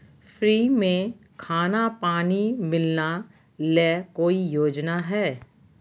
Free में खाना पानी मिलना ले कोइ योजना हय?